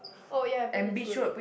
oh ya your parents is good